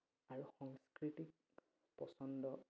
আৰু সংস্কৃতিক পচন্দ